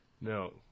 No